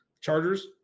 chargers